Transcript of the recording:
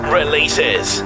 releases